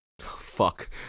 Fuck